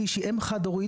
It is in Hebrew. היא אם חד הורית,